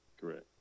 correct